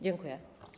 Dziękuję.